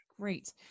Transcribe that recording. Great